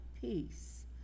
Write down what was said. peace